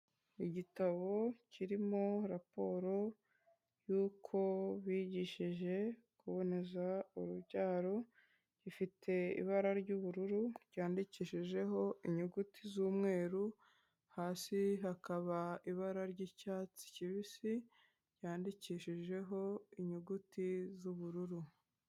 Igitabo kirimo raporo y'uko bigishije kuboneza urubyaro, gifite ibara ry'ubururu, ryandikishijeho inyuguti z'umweru, hasi hakaba ibara ry'icyatsi kibisi, ryandikishijeho inyuguti z'ubururu.